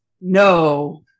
no